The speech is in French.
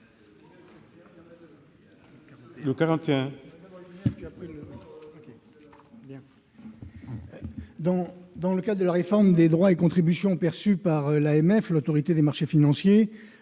Dans le cadre de la refonte des droits et contributions perçus par l'Autorité des marchés financiers,